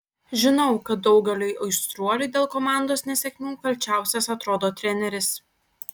žinau kad daugeliui aistruolių dėl komandos nesėkmių kalčiausias atrodo treneris